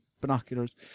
binoculars